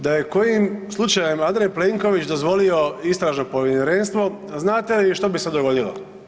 Da je kojim slučajem Andrej Plenković dozvolio istražno povjerenstvo znate li što bi se dogodilo?